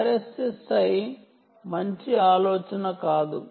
RSSI ఎందుకు మంచి ఆలోచన కాదు